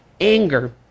anger